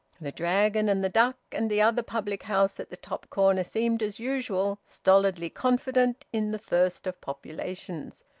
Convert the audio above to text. the dragon and the duck and the other public-house at the top corner seemed as usual, stolidly confident in the thirst of populations.